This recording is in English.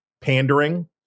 pandering